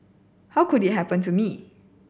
how could it happen to me